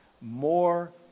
more